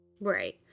right